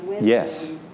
Yes